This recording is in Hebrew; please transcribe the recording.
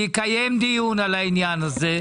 אני אקיים דיון על העניין הזה,